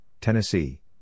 Tennessee